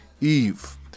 Eve